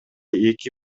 эки